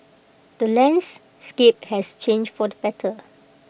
the landscape has changed for the better